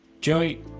Joey